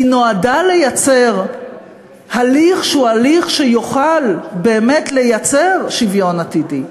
היא נועדה לייצר הליך שיוכל באמת לייצר שוויון עתידי.